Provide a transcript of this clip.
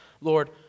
Lord